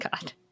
God